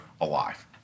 alive